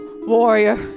warrior